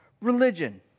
religion